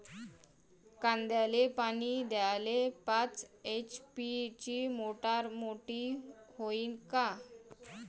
कांद्याले पानी द्याले पाच एच.पी ची मोटार मोटी व्हईन का?